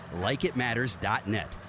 LikeItMatters.net